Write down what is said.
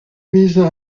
visent